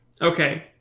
Okay